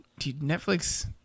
Netflix